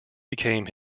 became